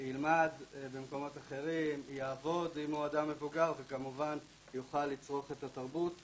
היו בני זוג שאמרו להם שהם יוכלו לשבת ביחד ובסוף